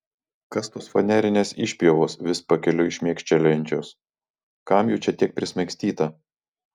kas tos fanerinės išpjovos vis pakeliui šmėkštelinčios kam jų čia tiek prismaigstyta